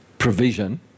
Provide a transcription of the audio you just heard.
provision